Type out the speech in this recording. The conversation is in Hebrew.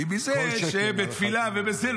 לומדים מזה שבתפילה ובזה,